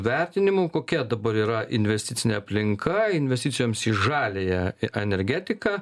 vertinimu kokia dabar yra investicinė aplinka investicijoms į žaliąją energetiką